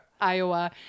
Iowa